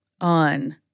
on